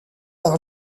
par